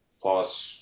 plus